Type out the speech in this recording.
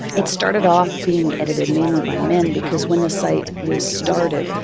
it started off being edited mainly by men because when the site was started,